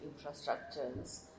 infrastructures